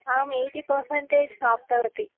अहं eighty percentage प्राप्तवती